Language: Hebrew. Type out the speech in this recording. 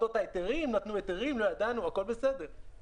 (ג)המנהל רשאי להעביר מידע מתוך הדיווח שנמסר לו לפי סעיף קטן (א)